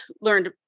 learned